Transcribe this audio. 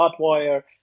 Hotwire